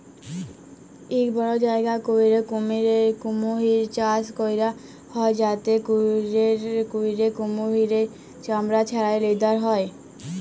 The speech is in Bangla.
ইক বড় জায়গা ক্যইরে কুমহির চাষ ক্যরা হ্যয় যাতে ক্যইরে কুমহিরের চামড়া ছাড়াঁয় লেদার বালায়